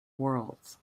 worlds